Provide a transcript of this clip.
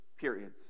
periods